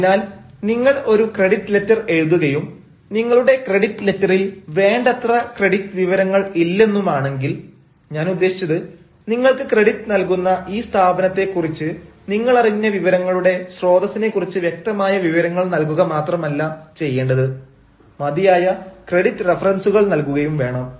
അതിനാൽ നിങ്ങൾ ഒരു ക്രെഡിറ്റ് ലെറ്റർ എഴുതുകയും നിങ്ങളുടെ ക്രെഡിറ്റ് ലെറ്ററിൽ വേണ്ടത്ര ക്രെഡിറ്റ് വിവരങ്ങൾ ഇല്ലെന്നുമാണെങ്കിൽ ഞാൻ ഉദ്ദേശിച്ചത് നിങ്ങൾക്ക് ക്രെഡിറ്റ് നൽകുന്ന ഈ സ്ഥാപനത്തെ കുറിച്ച് നിങ്ങൾ അറിഞ്ഞ വിവരങ്ങളുടെ സ്രോതസിനെ കുറിച്ച് വ്യക്തമായ വിവരങ്ങൾ നൽകുക മാത്രമല്ല ചെയ്യേണ്ടത് മതിയായ ക്രെഡിറ്റ് റഫറൻസുകൾ നൽകുകയും വേണം